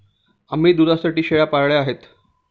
आम्ही दुधासाठी शेळ्या पाळल्या आहेत